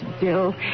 Bill